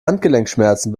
handgelenkschmerzen